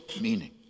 meaning